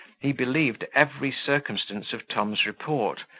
he believed every circumstance of tom's report,